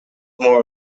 more